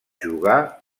jugar